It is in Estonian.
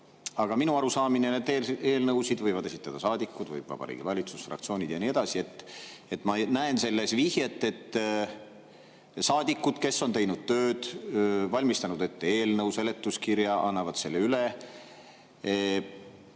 Aga minu arusaamine on, et eelnõusid võivad esitada saadikud, võib Vabariigi Valitsus, fraktsioonid ja nii edasi. Ma näen selles vihjet, et saadikud, kes on teinud tööd, valmistanud ette eelnõu, seletuskirja, annavad selle üle,